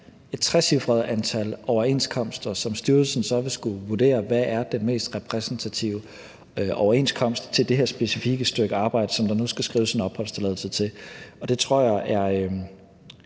et trecifret antal overenskomster, som styrelsen så vil skulle vurdere, altså hvad den mest repræsentative overenskomst er til det her specifikke stykke arbejde, som der nu skal skrives en opholdstilladelse til. Det tror jeg